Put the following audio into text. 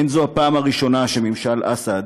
אין זו הפעם הראשונה שממשל אסד